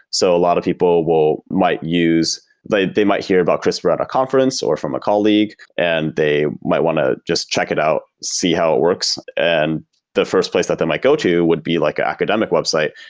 so a lot of people might use they they might hear about crispr at a conference, or from a colleague and they might want to just check it out, see how it works and the first place that they might go to would be like academic website,